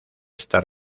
esta